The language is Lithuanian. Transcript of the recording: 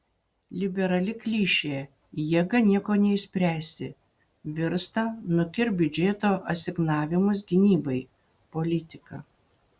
liberali klišė jėga nieko neišspręsi virsta nukirpk biudžeto asignavimus gynybai politika